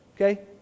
Okay